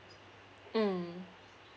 mm